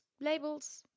labels